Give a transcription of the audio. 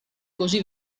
così